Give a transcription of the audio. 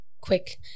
Quick